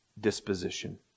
disposition